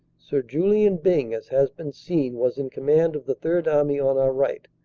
sir julian byng, as has been seen, was in command of the third army on our right,